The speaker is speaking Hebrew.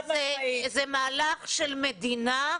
זה מהלך של מדינה,